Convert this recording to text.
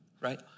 right